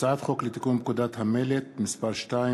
הצעת חוק לתיקון פקודת המלט (מס' 2),